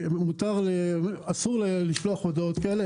אסור לשלוח הודעות כאלה,